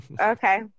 okay